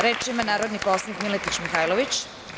Reč ima narodni poslanik Miletić Mihajlović.